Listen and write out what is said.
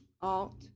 alt